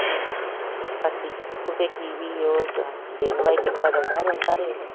बाकी ओह् दिन ब दिन बदलदा रौहंदा रेट